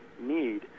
need